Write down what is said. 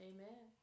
Amen